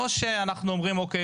או שאנחנו אומרים 'אוקיי,